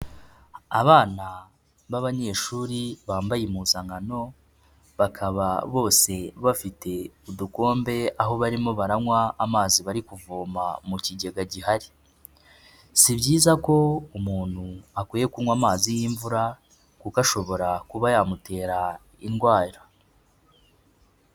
Abana b'abanyeshuri bambaye impuzankano, bakaba bose bafite udukombe, aho barimo baranywa amazi bari kuvoma mu kigega gihari. Si byiza ko umuntu akwiye kunywa amazi y'imvura, kuko ashobora kuba yamutera indwara.